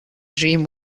dream